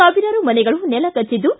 ಸಾವಿರಾರು ಮನೆಗಳು ನೆಲಕಟ್ಟದ್ದು